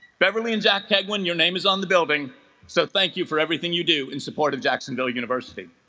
beverly and jack keigwin your name is on the building so thank you for everything you do in support of jacksonville university